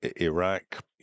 iraq